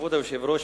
כבוד היושב-ראש,